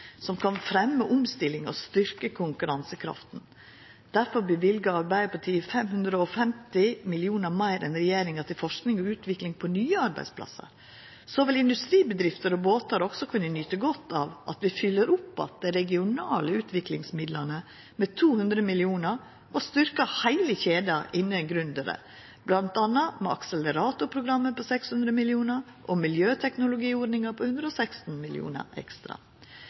som kan fremja omstilling og styrkja konkurransekrafta. Difor løyver Arbeidarpartiet 550 mill. kr meir enn regjeringa til forsking på og utvikling av nye arbeidsplassar. Så vil industribedrifter og båtar også kunna nyta godt av at vi fyller opp att dei regionale utviklingsmidlane med 200 mill. kr og styrkjer heile kjeda innan gründerar, bl.a. med akseleratorprogrammet på 600 mill. kr og miljøteknologiordninga på 116